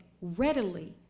readily